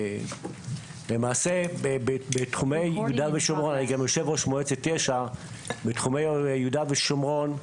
אני גם יושב-ראש מועצת יש"ע בתחומי יהודה ושומרון,